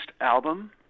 album